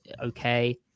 okay